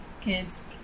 Kids